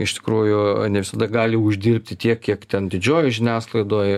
iš tikrųjų ne visada gali uždirbti tiek kiek ten didžiojoj žiniasklaidoj